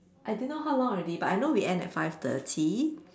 I don't know how long already but I know we end at five thirty